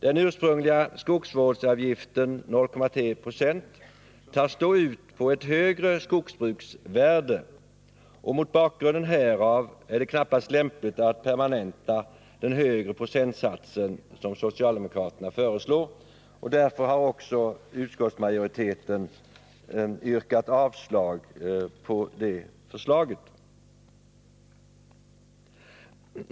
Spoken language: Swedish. Den ursprungliga skogsvårdsavgiften om 0,3 96 tas då ut på ett högre skogsbruksvärde, och mot bakgrunden härav är det knappast lämpligt att permanenta den högre procentsatsen, som socialdemokraterna föreslår, och därför har utskottsmajoriteten avstyrkt det förslaget.